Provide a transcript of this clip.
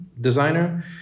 designer